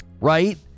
right